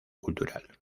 cultural